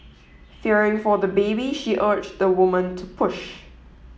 fearing for the baby she urged the woman to push